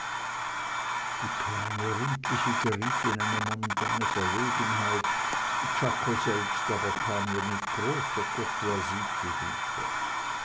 die kleine rundliche geriet in eine momentane verlegenheit czako selbst aber kam ihr mit großer courtoisie zu hilfe